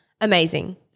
amazing